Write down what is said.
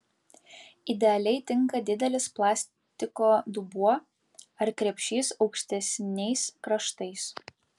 idealiai tinka didelis plastiko dubuo ar krepšys aukštesniais kraštais